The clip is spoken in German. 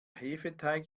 hefeteig